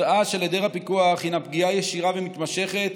התוצאה של היעדר הפיקוח היא פגיעה ישירה ומתמשכת